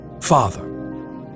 Father